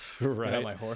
Right